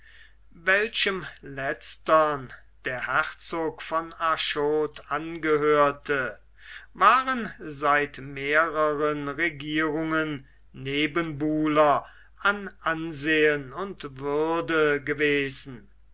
welchem letztern der herzog von arschot angehörte waren seit mehreren regierungen nebenbuhler an ansehen und würde gewesen